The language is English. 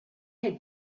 had